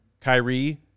Kyrie